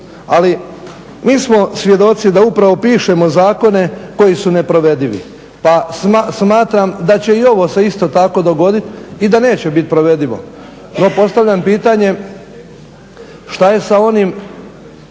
ali mi smo svjedoci da upravo pišemo zakone koji su neprovedivi pa smatram da će i ovo se isto tako dogoditi i da neće biti provedivo. No postavljam pitanje šta je sa onim